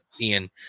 Ian